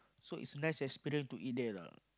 so is nice experience to eat there lah